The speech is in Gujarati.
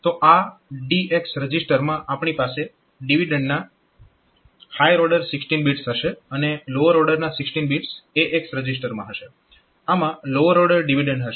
તો આ DX રજીસ્ટરમાં આપણી પાસે ડિવિડન્ડના હાયર ઓર્ડર 16 બિટ્સ હશે અને લોઅર ઓર્ડરના 16 બિટ્સ AX રજીસ્ટરમાં હશે આમાં લોઅર ઓર્ડર ડિવિડન્ડ હશે